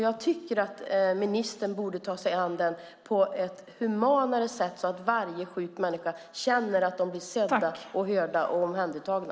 Jag tycker att ministern borde ta sig an den på ett humanare sätt så att alla sjuka människa känner att de blir sedda, hörda och omhändertagna.